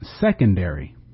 secondary